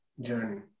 journey